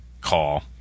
call